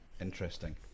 Interesting